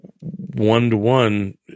one-to-one